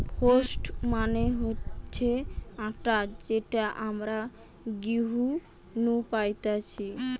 wheat মানে হতিছে আটা যেটা আমরা গেহু নু পাইতেছে